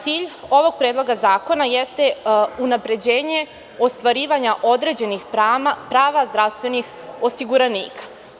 Cilj ovog predloga zakona jeste unapređenje ostvarivanja određenih prava zdravstvenih osiguranika.